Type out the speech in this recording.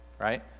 right